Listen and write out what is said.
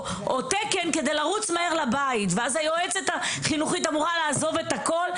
או תקן כדי לרוץ מהר לבית ואז היועצת החינוכית אמורה לעזוב את הכול,